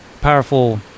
powerful